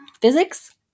Physics